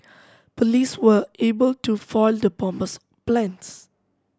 police were able to foil the bomber's plans